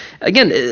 Again